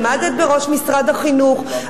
כי עמדת בראש משרד החינוך,